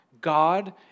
God